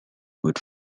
with